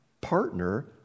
partner